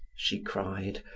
she cried,